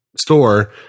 store